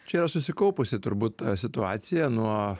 čia yra susikaupusi turbūt situacija nuo